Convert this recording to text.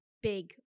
big